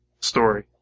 story